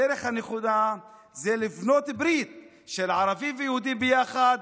הדרך הנכונה היא לבנות ברית של ערבים ויהודים ביחד,